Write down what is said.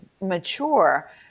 mature